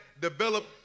develop